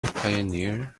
pioneer